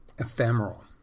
ephemeral